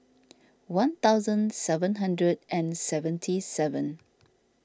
one thousand seven hundred and seventy seven